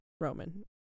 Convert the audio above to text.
roman